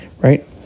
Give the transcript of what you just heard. right